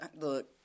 look